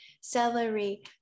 celery